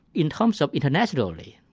in terms of internationally,